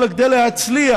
אבל כדי להצליח